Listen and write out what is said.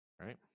Right